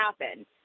happen